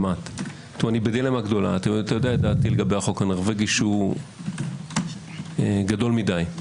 אתה יודע דעתי לגבי החוק הנורבגי שהוא גדול מדי.